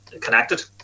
connected